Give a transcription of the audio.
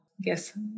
Guess